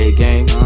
A-game